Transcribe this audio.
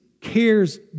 cares